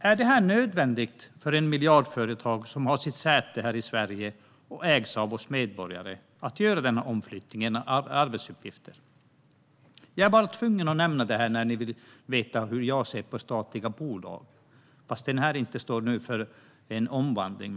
Är det nödvändigt för ett miljardföretag som har sitt säte här i Sverige och ägs av oss medborgare att göra denna omflyttning av arbetsuppgifter? Jag är tvungen att nämna detta när ni vill veta hur jag ser på statliga bolag, även om det inte handlar om en omvandling.